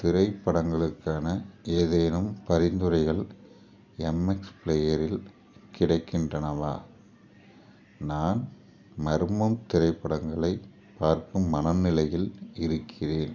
திரைப்படங்களுக்கான ஏதேனும் பரிந்துரைகள் எம்எக்ஸ் ப்ளேயரில் கிடைக்கின்றனவா நான் மர்மம் திரைப்படங்களைப் பார்க்கும் மனநிலையில் இருக்கின்றேன்